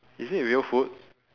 is it real food